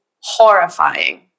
horrifying